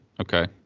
okay